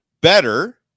better